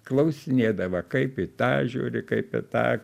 klausinėdavo kaip į tą žiūri kaip į tą